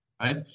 right